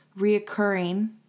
reoccurring